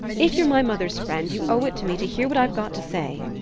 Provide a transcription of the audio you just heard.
if you're my mother's friend, you owe it to me to hear what i've got to say.